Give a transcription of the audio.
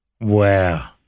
Wow